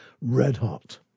red-hot